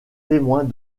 témoins